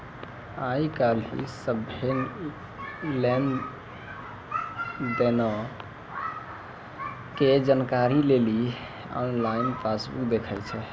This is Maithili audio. आइ काल्हि सभ्भे लेन देनो के जानकारी लेली आनलाइन पासबुक देखै छै